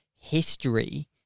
history